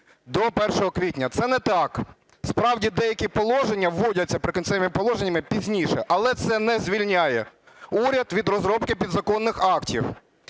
до 1 квітня. Це не так, справді, деякі положення вводяться "Прикінцевими положеннями" пізніше, але це не звільняє уряд від розробки підзаконних актів.